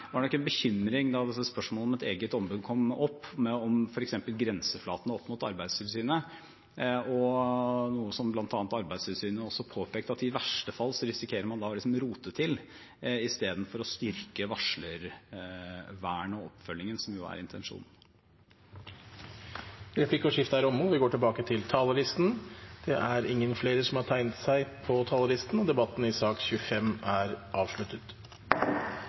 nok en bekymring da dette spørsmålet om et eget ombud kom opp, om f.eks. grenseflatene opp mot Arbeidstilsynet, noe bl.a. Arbeidstilsynet også påpekte, at i verste fall risikerer man da å rote til istedenfor å styrke varslervernet og oppfølgingen, som er intensjonen. Replikkordskiftet er omme. Flere har ikke bedt om ordet til sak nr. 25. Etter ønske fra arbeids- og sosialkomiteen vil presidenten ordne debatten